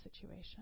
situation